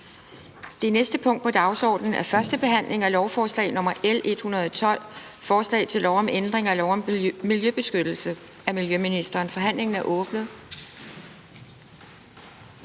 Det næste punkt på dagsordenen er: 2) 1. behandling af lovforslag nr. L 112: Forslag til lov om ændring af lov om miljøbeskyttelse. (Implementering af affaldsdirektivets